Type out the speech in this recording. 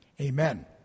Amen